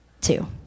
Two